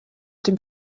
dem